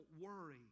worry